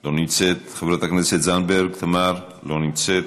לא נמצאת, חברת הכנסת זנדברג תמר, לא נמצאת.